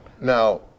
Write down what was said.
now